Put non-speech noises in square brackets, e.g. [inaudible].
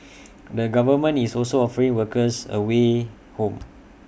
[noise] the government is also offering workers A way home